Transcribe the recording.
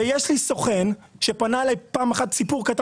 יש לי סוכן שפנה אלי פעם סיפור קטן